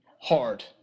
hard